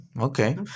okay